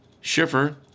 Schiffer